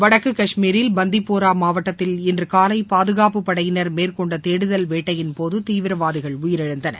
வடக்கு காஷ்மீரில் பந்திப்போரா மாவட்டத்தில் இன்று காலை பாதுகாப்பு படையினர் மேற்கொண்ட தேடுதல் வேட்டையின்போது தீவிரவாதிகள் உயிரிழந்தனர்